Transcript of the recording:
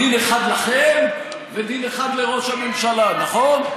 דין אחד לכם ודין אחד לראש הממשלה, נכון?